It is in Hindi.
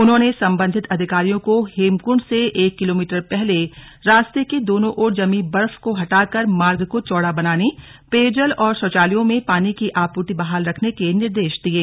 उन्होंने संबंधित अधिकारियों को हेमकृण्ड से एक किलोमीटर पहले रास्ते के दोनों ओर जमी बर्फ को हटाकर मार्ग को चौड़ा बनाने पेयजल और शौचालयों में पानी की आपूर्ति बहाल रखने के निर्देश दिये